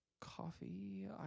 coffee